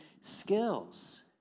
skills